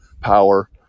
power